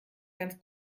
ganz